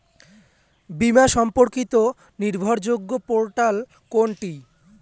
বীমা সম্পর্কিত নির্ভরযোগ্য পোর্টাল কোনটি?